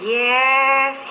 yes